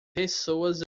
pessoas